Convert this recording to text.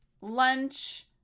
lunch